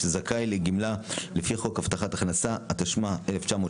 שזכאי לגמלה לפי חוק הבטחת הכנסה התשמ"ה-1980,